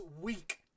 week